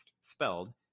spelled